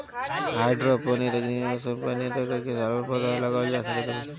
hydroponic तकनीकी में मौसम पअ नियंत्रण करके सालभर पौधा उगावल जा सकत हवे